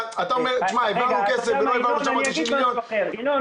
אתה אומר העברנו כסף ולא העברנו את אותם 90 מיליון --- ינון,